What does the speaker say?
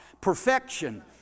perfection